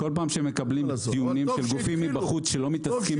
כל פעם שמקבלים טיעונים של גופים מבחוץ שלא מתעסקים